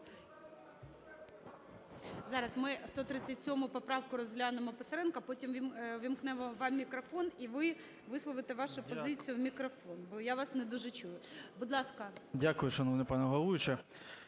Зараз ми 137 поправку розглянемо Писаренка, а потім увімкнемо вам мікрофон і ви висловите вашу позицію у мікрофон, бо я вас не дуже чую. Будь ласка. 11:09:56 ПИСАРЕНКО В.В.